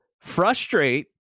frustrate